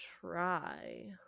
try